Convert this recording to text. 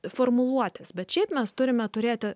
formuluotės bet šiaip mes turime turėti